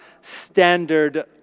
standard